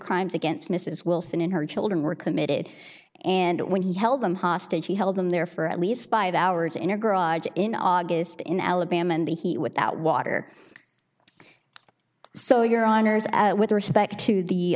crimes against mrs wilson and her children were committed and when he held them hostage he held them there for at least five hours in a garage in august in alabama in the heat without water so your honors with respect to the